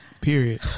period